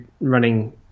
running